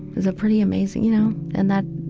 was a pretty amazing, you know and that